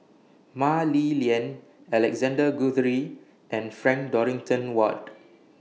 Mah Li Lian Alexander Guthrie and Frank Dorrington Ward